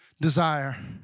desire